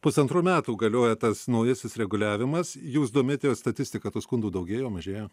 pusantrų metų galioja tas naujasis reguliavimas jūs domėjotės statistika tų skundų daugėjo mažėjo